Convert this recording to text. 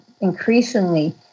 increasingly